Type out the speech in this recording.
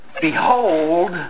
behold